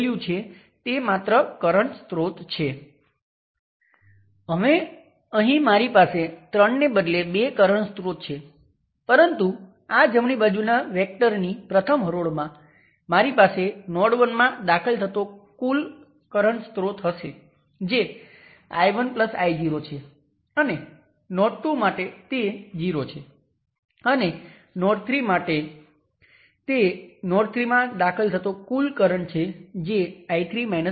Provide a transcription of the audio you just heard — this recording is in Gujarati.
તેથી જો આ રેઝિસ્ટર માટે હોય તો તમને તેની સાથે સિરિઝમાં થોડો રેઝિસ્ટન્સ મળ્યો હોત પરંતુ આ કરંટ કંટ્રોલ વોલ્ટેજ સોર્સ છે